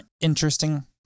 interesting